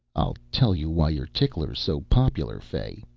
i'll tell you why your tickler's so popular, fay,